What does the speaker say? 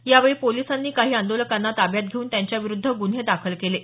यावेळी पोलिसांनी काही आंदोलकांना ताब्यात घेऊन त्यांच्याविरुद्ध गुन्हे दाखल केले आहेत